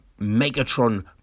Megatron